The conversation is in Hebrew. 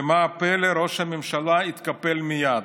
ומה הפלא, ראש הממשלה התקפל מייד.